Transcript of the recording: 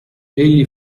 egli